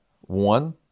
one